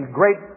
great